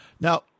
Now